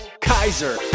Kaiser